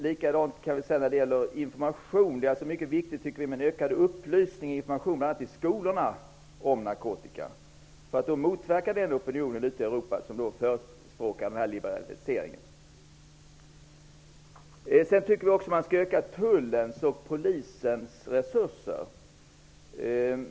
Likadant kan man säga att det är med informationen. Vi tycker alltså att det är mycket viktigt med mer av upplysning och information, bl.a. i skolorna, om narkotikan för att motverka den opinion ute i Europa som förespråkar en liberalisering. Vidare tycker vi att man skall öka resurserna till Tullen och Polisen.